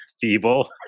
feeble